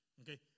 okay